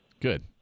Good